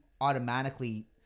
automatically